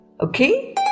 Okay